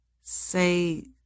say